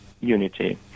unity